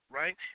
right